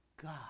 God